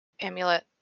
amulet